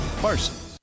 Parsons